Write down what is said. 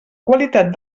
qualitat